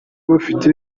bafite